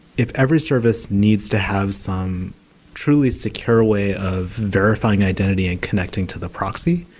if every service needs to have some truly secure way of verifying identity and connecting to the proxy,